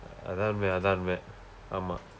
அதான் உண்மை அதான் உண்மை ஆமாம்:athaan unmai athaan unmai aamaam